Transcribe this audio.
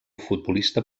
futbolista